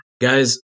Guys